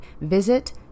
visit